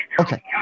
okay